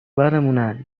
برمونن